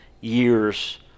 years